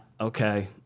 okay